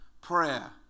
Prayer